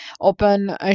open